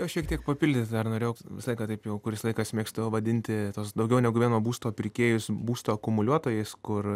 aš šiek tiek papildyt dar norėjau visą laiką taip jau kuris laikas mėgstu vadinti tuos daugiau negu vieno būsto pirkėjus būsto akumuliuotojais kur